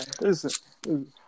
listen